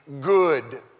good